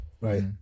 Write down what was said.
right